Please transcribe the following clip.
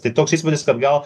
tai toks įspūdis kad gal